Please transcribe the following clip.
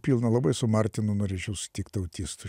pilną labai su martinu norėčiau sutikt autistu